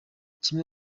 kimwe